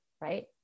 right